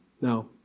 Now